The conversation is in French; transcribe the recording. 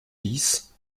dix